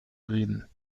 reden